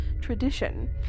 tradition